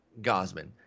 Gosman